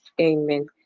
Amen